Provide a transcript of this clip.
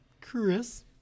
chris